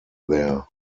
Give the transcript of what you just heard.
there